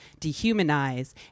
dehumanize